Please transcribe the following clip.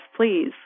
please